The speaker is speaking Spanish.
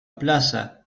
plaza